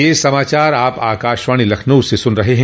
ब्रे क यह समाचार आप आकाशवाणी लखनऊ से सुन रहे हैं